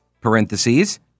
parentheses